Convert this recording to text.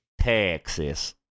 Texas